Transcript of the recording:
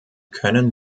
können